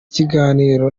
kiganiro